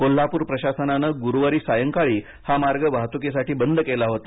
कोल्हापूर प्रशासनानं गुरुवारी सायंकाळी हा मार्ग वाहतुकीसाठी बंद केला होता